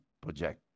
project